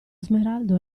smeraldo